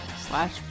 slash